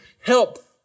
help